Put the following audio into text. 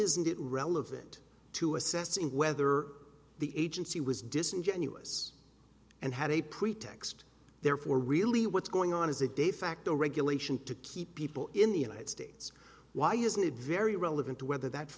isn't it relevant to assessing whether the agency was disingenuous and had a pretext therefore really what's going on is a de facto regulation to keep people in the united states why isn't it very relevant to whether that